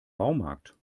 baumarkt